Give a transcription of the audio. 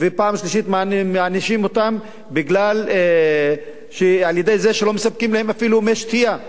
ופעם שלישית מענישים אותם על-ידי זה שלא מספקים להם אפילו מי שתייה.